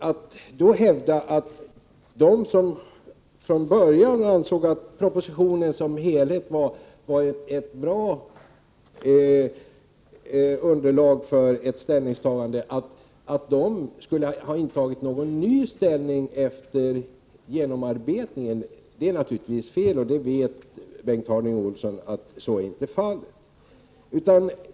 Att då hävda att de som från början ansåg att propositionen som helhet var ett bra underlag för ett ställningstagande skulle ha intagit någon ny ställning efter genomarbetningen är naturligtvis fel, och det vet Bengt Harding Olson — så var inte fallet.